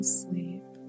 sleep